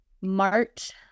March